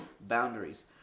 boundaries